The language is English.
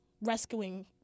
rescuing